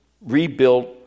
rebuilt